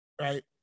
right